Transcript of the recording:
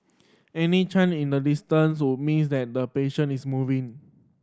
any change in the distance would mean that the patient is moving